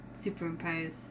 superimpose